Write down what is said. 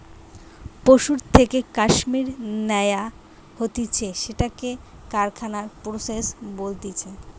পশুর থেকে কাশ্মীর ন্যাওয়া হতিছে সেটাকে কারখানায় প্রসেস বলতিছে